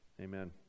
Amen